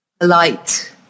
light